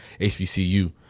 HBCU